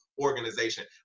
organization